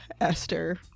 Esther